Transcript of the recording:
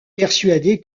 persuadé